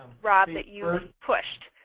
rob, that you've pushed.